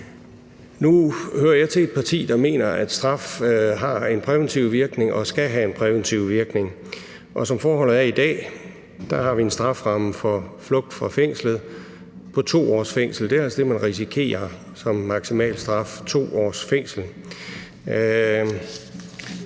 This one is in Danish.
Nu hører jeg til et parti, der mener, at straf har en præventiv virkning og skal have en præventiv virkning, og som forholdene er i dag, har vi en strafferamme for flugt fra fængslet på 2 års fængsel. Det er altså det, man risikerer som maksimal straf: 2 års fængsel.